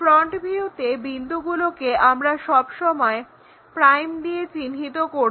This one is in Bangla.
ফ্রন্ট ভিউতে বিন্দুগুলোকে আমরা সব সময় প্রাইম দিয়ে চিহ্নিত করব